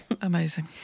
amazing